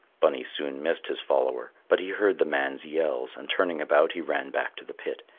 bunny soon missed his follower, but he heard the man's yells, and turning about, he ran back to the pit.